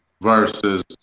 versus